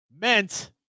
meant